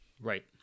Right